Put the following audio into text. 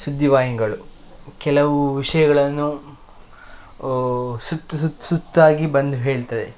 ಸುದ್ದಿ ವಾಹಿನಿಗಳು ಕೆಲವು ವಿಷಯಗಳನ್ನು ಸುತ್ತು ಸುತ್ತು ಸುತ್ತಾಗಿ ಬಂದು ಹೇಳ್ತದೆ